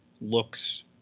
looks